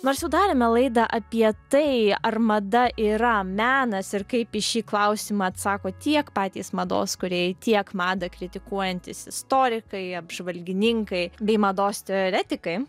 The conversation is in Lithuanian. nors jau darėme laidą apie tai ar mada yra menas ir kaip į šį klausimą atsako tiek patys mados kūrėjai tiek madą kritikuojantys istorikai apžvalgininkai bei mados teoretikai